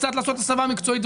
קצת לעשות הסבה מקצועית,